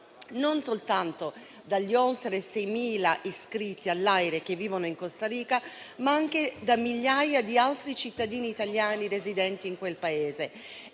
non soltanto dagli oltre 6.000 iscritti all’AIRE che vivono in Costa Rica, ma anche e soprattutto da migliaia di altri cittadini italiani residenti in quel Paese